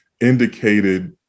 indicated